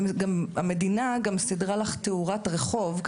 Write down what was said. המדינה גם סידרה לך תאורת רחוב,